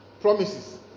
promises